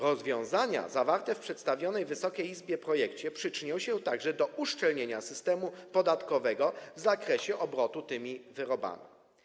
Rozwiązania zawarte w przedstawionym Wysokiej Izbie projekcie przyczynią się także do uszczelnienia systemu podatkowego w zakresie obrotu tymi wyrobami.